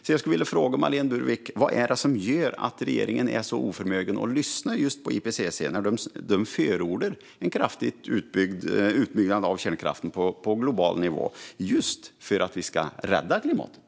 Därför frågar jag Marlene Burwick: Vad är det som gör regeringen oförmögen att i just detta lyssna på IPCC, som ju förordar en kraftig utbyggnad av kärnkraften på global nivå för att rädda klimatet?